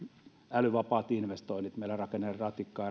älyvapaat investoinnit meillä rakennetaan ratikkaa